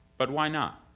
but why not?